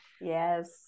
yes